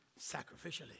sacrificially